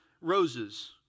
roses